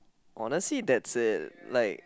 honestly that's it like